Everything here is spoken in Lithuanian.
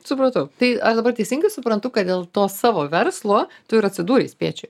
supratau tai ar dabar teisingai suprantu kad dėl to savo verslo tu ir atsidūrei spiečiuj